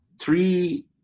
three